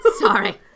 Sorry